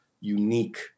unique